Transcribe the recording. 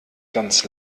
ganz